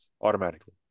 automatically